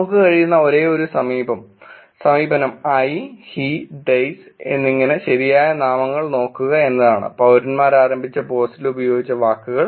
നമുക്ക് കഴിയുന്ന ഒരേയൊരു സമീപനം i he theys എന്നിങ്ങനെ ശരിയായ നാമങ്ങൾ നോക്കുക എന്നതാണ് പൌരന്മാർ ആരംഭിച്ച പോസ്റ്റിൽ ഉപയോഗിച്ച വാക്കുകൾ